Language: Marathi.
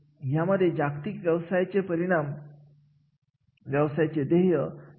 अशा प्रकारे एखाद्या कार्याचे विविध पैलू समजून घ्यावे